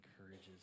encourages